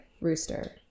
rooster